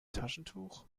taschentuch